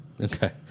Okay